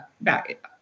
back